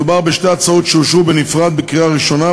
מדובר בשתי הצעות שאושרו בנפרד בקריאה הראשונה,